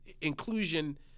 inclusion